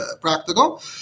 practical